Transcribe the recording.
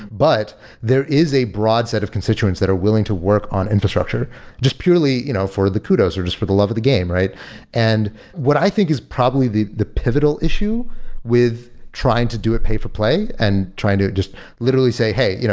but there is a broad set of constituents that are willing to work on infrastructure just purely you know for the kudos or just for the love of the game. and what i think is probably the the pivotal issue with trying to do a pay for play and trying to just literally say, hey, you know